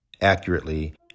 accurately